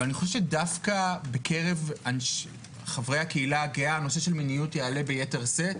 אבל דווקא בקרב חברי הקהילה הגאה נושא המיניות יעלה ביתר שאת.